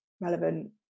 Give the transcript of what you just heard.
relevant